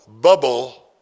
Bubble